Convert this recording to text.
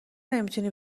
نمیتونی